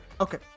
Okay